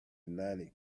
united